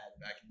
back